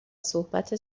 صحبت